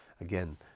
Again